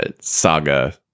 saga